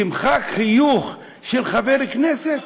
תמחק חיוך של חבר כנסת,